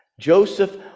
Joseph